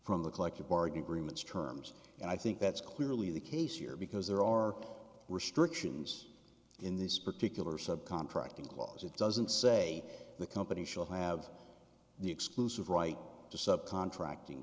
from the collective bargain agreement charms and i think that's clearly the case here because there are restrictions in this particular sub contracting clause it doesn't say the company shall have the exclusive right to sub contracting